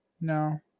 no